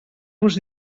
vos